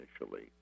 initially